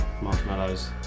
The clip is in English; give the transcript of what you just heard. marshmallows